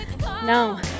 no